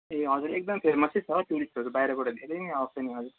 ए हजुर एकदम फेमसै छ टुरिस्टहरू बाहिरबाट धेरै नै आउँछ नि हजुर